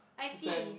I see